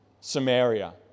Samaria